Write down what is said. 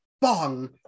bong